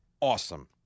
Awesome